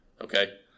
Okay